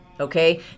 Okay